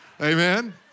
Amen